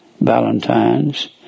Valentine's